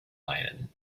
lyon